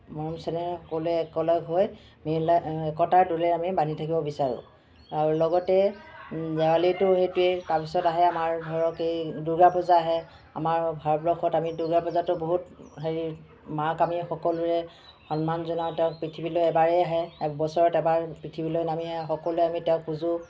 মৰম চেনেহ সকলোৱে একেলগ হৈ মে একতাৰ ডোলেৰে আমি বান্ধি থাকিব বিচাৰোঁ আৰু লগতে দেৱালীতো সেইটোৱে তাৰপিছত আহে আমাৰ ধৰক এই দুৰ্গা পূজা আহে আমাৰ ভাৰতবৰ্ষত আমি দুৰ্গা পূজাটো বহুত হেৰি মাক আমি সকলোৱে সন্মান জনাওঁ তেওঁক পৃথিৱীলৈ এবাৰেই আহে এক বছৰত এবাৰ পৃথিৱীলৈ নামি আহে সকলোৱে আমি তেওঁক পূজোঁ